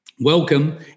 welcome